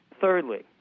Thirdly